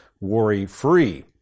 worry-free